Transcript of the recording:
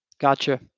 Gotcha